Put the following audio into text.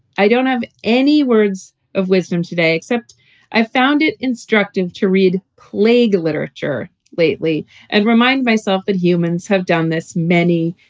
i don't have any words of wisdom today, except i found it instructive to read plague literature lately and remind myself that humans have done this many,